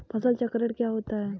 फसल चक्रण क्या होता है?